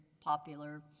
popular